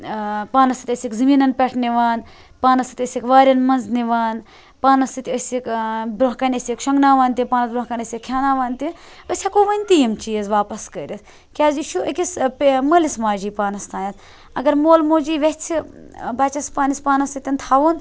پانَس سۭتۍ ٲسِکھ زمینَن پٮ۪ٹھ نِوان پانَس سۭتۍ ٲسِکھ واریٚن مَنٛز نِوان پانَس سۭتۍ ٲسِکھ برونٛہہ کَنہ ٲسِکھ شۄنٛگناوان تہٕ پانَس برونٛہہ کَنہ ٲسِکھ کھیاناوان تہِ أسۍ ہیٚکو وٕنتہِ یِم چیٖز واپَس کٔرِتھ کیازِ یہِ چھُ أکِس مٲلِس ماجہِ پانَس تانیٚتھ اَگَر مول موجی ویٚژھِ بَچَس پَننِس پانَس سۭتۍ تھاوُن